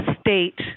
state